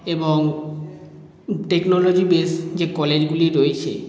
এবং technology base যে কলেজগুলি রয়েছে